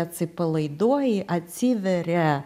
atsipalaiduoji atsiveria